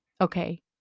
okay